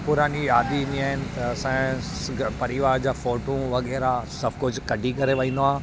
पुरानी यादि ईंदियूं आहिनि त असांजे परिवार जा फ़ोटू वग़ैरह सभु कुझु कढी करे वेंदो आहे